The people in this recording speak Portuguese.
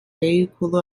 veículo